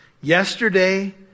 Yesterday